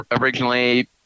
originally